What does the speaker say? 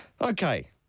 Okay